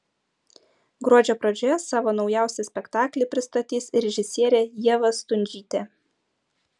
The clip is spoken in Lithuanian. gruodžio pradžioje savo naujausią spektaklį pristatys režisierė ieva stundžytė